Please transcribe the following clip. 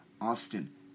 Austin